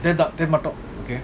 இதுமட்டும்:idhu mattum okay